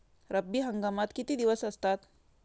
रब्बी हंगामात किती दिवस असतात?